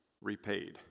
repaid